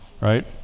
Right